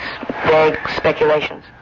speculations